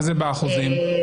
כמה באחוזים?